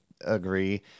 agree